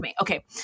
okay